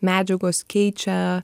medžiagos keičia